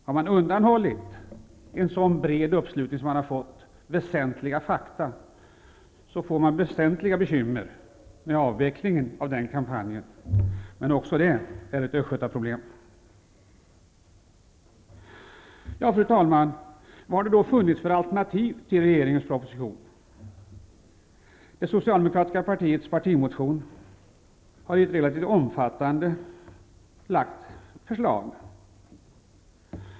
Har man undanhållit väsentliga fakta för ett så stort antal människor som slutit upp, får man stora bekymmer med avvecklingen av den kampanjen, men det är också ett Östgötaproblem. Fru talman! Vad har det då funnits för alternativ till regeringens proposition? I det socialdemokratiska partiets partimotion har lagts förslag i en relativt stor omfattning.